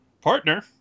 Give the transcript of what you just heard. partner